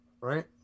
Right